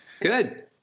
Good